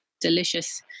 delicious